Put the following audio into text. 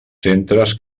centres